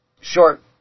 short